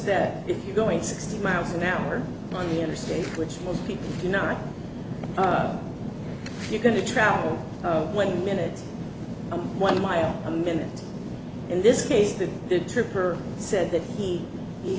that if you're going sixty miles an hour on the interstate which most people do not you're going to travel one minute one mile a minute in this case the trooper said that he